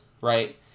right